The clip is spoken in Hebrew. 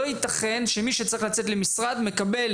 לא ייתכן שמי שצריך לצאת למשרד מקבל